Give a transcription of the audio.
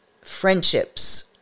friendships